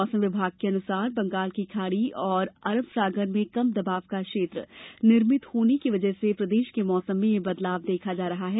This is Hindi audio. मौसम विभाग के मुताबिक बंगाल की खाड़ी और अरब सागर में कम दबाव का क्षेत्र निर्मित होने की वजह से प्रदेश के मौसम यह बदलाव देखा जा रहा है